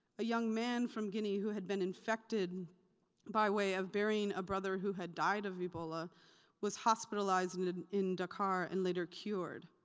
a young man from guinea who had been infected by way of bearing a brother who had died of ebola was hospitalized and in in dakkar and later cured.